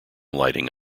lighting